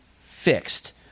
fixed